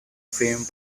fame